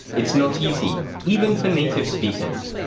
it's not easy, even for native speakers.